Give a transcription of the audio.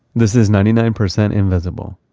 this is ninety nine percent invisible.